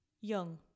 young